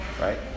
right